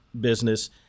business